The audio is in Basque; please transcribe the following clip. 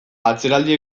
atzeraldi